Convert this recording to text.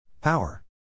Power